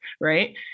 Right